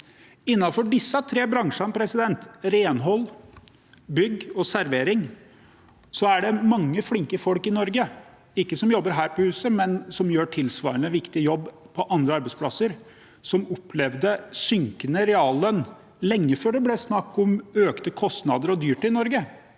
Innenfor disse tre bransjene – renhold, bygg og servering – er det mange flinke folk i Norge som ikke jobber her på huset, men som gjør en tilsvarende viktig jobb på andre arbeidsplasser, og som opplevde synkende reallønn lenge før det ble snakk om økte kostnader og dyrtid i Norge.